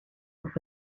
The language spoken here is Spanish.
los